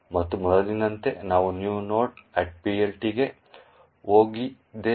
ಮತ್ತು ಮೊದಲಿನಂತೆ ನಾವು new nodePLT ಗೆ ಹೋಗಿದ್ದೇವೆ